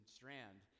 Strand